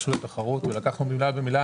רשות התחרות, מילה במילה.